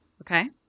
Okay